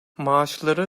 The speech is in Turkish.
maaşları